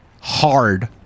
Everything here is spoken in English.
Hard